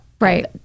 right